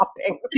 shopping